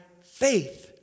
faith